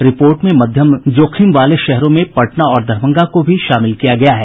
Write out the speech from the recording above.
report में मध्यम जोखिम वाले शहरों में पटना और दरभंगा को भी शामिल किया गया है